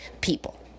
people